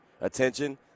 attention